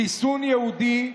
חיסון יהודי,